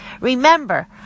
Remember